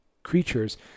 creatures